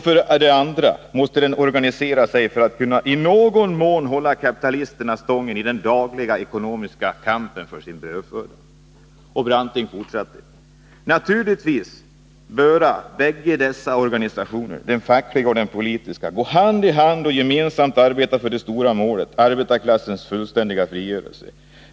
För det andra måste de organisera sig för att i någon mån kunna hålla kapitalisterna stången i den dagliga, ekonomiska kampen för sin brödföda. Hjalmar Branting fortsatte: ”Naturligtvis böra bägge dessa organisationer, den fackliga och den politiska, gå hand i hand och gemensamt arbeta för det stora målet: arbetarklassens fullständiga frigörelse.